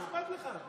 מה אכפת לך?